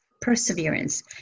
perseverance